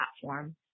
platform